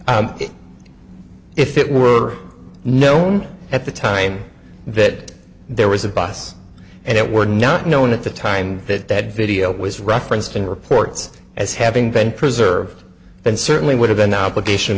if it were known at the time that there was a bus and it were not known at the time that that video was referenced in reports as having been preserved then certainly would have been obligation